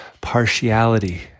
partiality